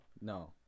No